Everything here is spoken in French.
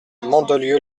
mandelieu